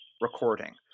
recording